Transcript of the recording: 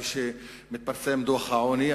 כשמתפרסם דוח העוני,